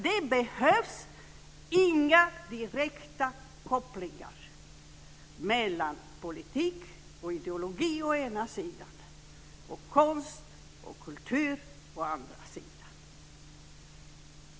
Det behövs inga direkta kopplingar mellan politik och ideologi å ena sidan, och konst och kultur å andra sidan.